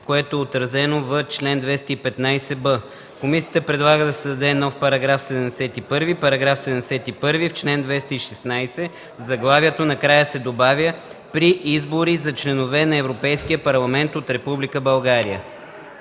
което е отразено в чл. 215б. Комисията предлага да се създаде нов § 71: „§ 71. В чл. 216 в заглавието накрая се добавя „при избори за членове на Европейския парламент от Република България“.”